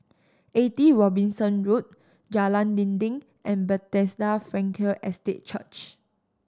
Eighty Robinson Road Jalan Dinding and Bethesda Frankel Estate Church